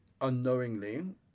unknowingly